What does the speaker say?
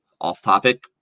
off-topic